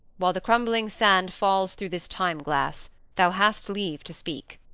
while the crumbling sand falls through this time-glass, thou hast leave to speak.